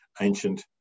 ancient